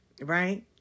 right